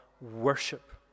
worship